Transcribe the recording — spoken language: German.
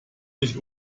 nicht